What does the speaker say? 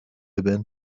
abandon